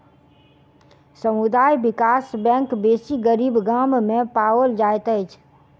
समुदाय विकास बैंक बेसी गरीब गाम में पाओल जाइत अछि